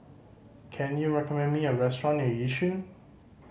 can you recommend me a restaurant near Yishun